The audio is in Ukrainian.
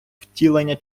втілення